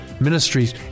Ministries